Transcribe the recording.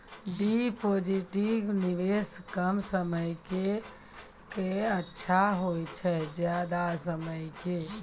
Deposit निवेश कम समय के के अच्छा होय छै ज्यादा समय के?